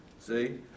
See